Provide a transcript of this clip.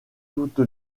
toute